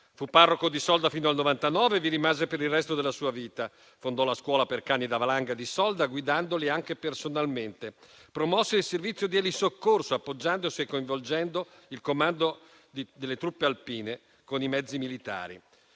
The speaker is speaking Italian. Fu parroco di Solda fino al 1999 e vi rimase per il resto della sua vita; fondò la scuola per cani da valanga di Solda, guidandoli anche personalmente. Promosse il servizio di elisoccorso, appoggiandosi e coinvolgendo il comando delle truppe alpine con i mezzi militari.